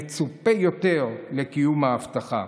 מצופה יותר לקיים את ההבטחה.